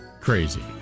Crazy